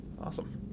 Awesome